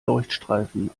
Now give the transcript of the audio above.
leuchtstreifen